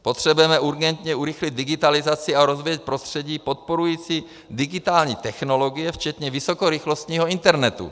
Potřebujeme urgentně urychlit digitalizaci a rozvíjet prostředí podporující digitální technologie včetně vysokorychlostního internetu.